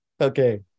Okay